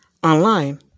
online